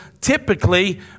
typically